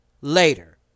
later